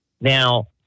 Now